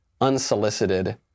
unsolicited